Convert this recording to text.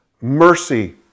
mercy